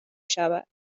شود